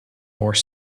more